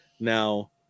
now